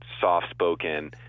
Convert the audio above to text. soft-spoken